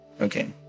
Okay